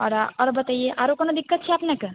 आओर आओर बतैयै आरो कोनो दिक्कत छै अपनेके